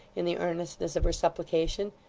in the earnestness of her supplication,